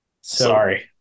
Sorry